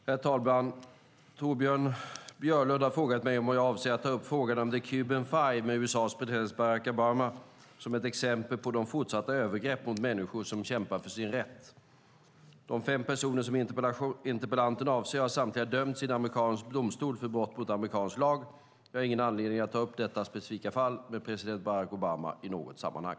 Herr talman! Torbjörn Björlund har frågat mig om jag avser att ta upp frågan om "the Cuban Five" med USA:s president Barack Obama som ett exempel på de fortsatta övergreppen mot människor som kämpar för sin rätt. De fem personer som interpellanten avser har samtliga dömts i en amerikansk domstol för brott mot amerikansk lag. Jag har ingen anledning att ta upp detta specifika fall med president Barack Obama i något sammanhang.